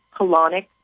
colonic